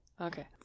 Okay